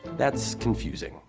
that's, confusing.